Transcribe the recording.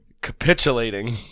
capitulating